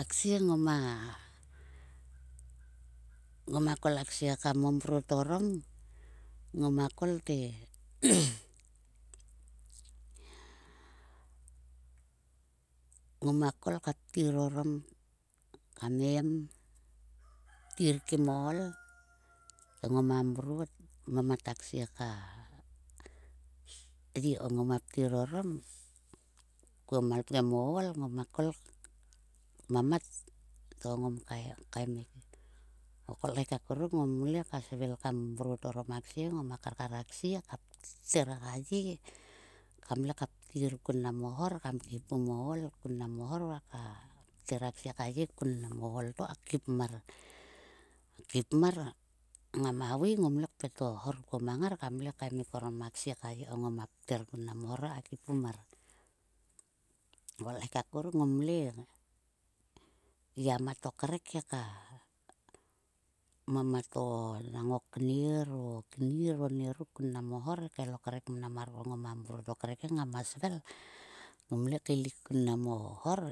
A ksie ngoma kol kam momrot orom, ngoma kolte. Ngoma kol ka ptir oram kmem, ptir kim o ool ko ngoma mrot mamt a ksie ka ye ko ngoma ptir orom kuo mal pgem o ool. Ngoma kol kmamat to ngom kaem kaemik. O kolkhek akuruk ngom le ka svil kam mrot orom a ksie ngoma karkar a ksie ka pter ka ye kam le ka ptir kun mo hor kam khipum o ool kun mo hor va ka pter a ksie ka ye kun mo ool to ka khipmar. Khipmar ngama vui ngom le kpet a hor kuo mang ngar kam le kaemik orom a ksie ka ye ko ngoma pter kun mnam o hor he ka khipum mar. O kolkhek akuruk ngomle gia mat o krek he ka mamat o ool. Enang o kner, o knir onieruk kun mo hor he kael o krek mnam mar ko ngoma maat o krek he ngama svel. Ngomle keilik kun mo hor